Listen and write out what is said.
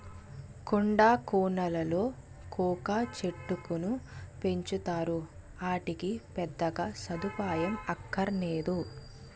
కొండా కోనలలో కోకా చెట్టుకును పెంచుతారు, ఆటికి పెద్దగా సదుపాయం అక్కరనేదు